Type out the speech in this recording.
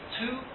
two